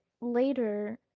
later